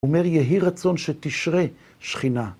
אומר יהי רצון שתשרה שכינה.